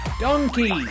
Donkey